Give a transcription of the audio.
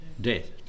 death